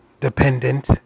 dependent